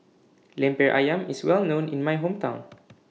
Lemper Ayam IS Well known in My Hometown